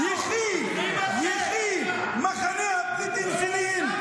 יחי מחנה הפליטים ג'נין,